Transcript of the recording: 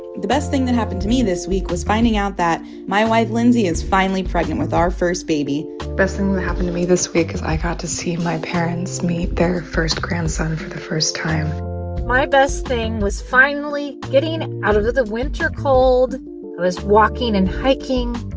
the best thing that happened to me this week was finding out that my wife, lindsey, is finally pregnant with our first baby best thing that happened to me this week is i got to see my parents meet their first grandson for the first time my best thing was finally getting out of the the winter cold. i was walking and hiking,